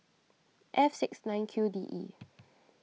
F six nine Q D E